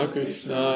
Krishna